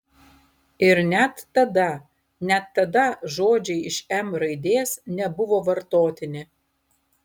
ir net tada net tada žodžiai iš m raidės nebuvo vartotini